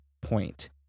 point